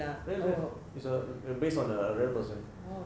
real guy is err based on a real person